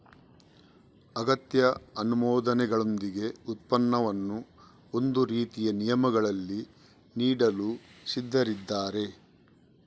ಅಗತ್ಯ ಅನುಮೋದನೆಗಳೊಂದಿಗೆ ಉತ್ಪನ್ನವನ್ನು ಒಂದೇ ರೀತಿಯ ನಿಯಮಗಳಲ್ಲಿ ನೀಡಲು ಸಿದ್ಧರಿದ್ದಾರೆ